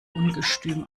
ungestüm